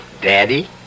Daddy